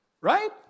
Right